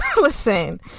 listen